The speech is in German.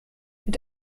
mit